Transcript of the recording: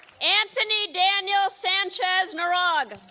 anthony daniel sanchez narag